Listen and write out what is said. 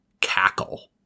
cackle